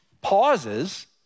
pauses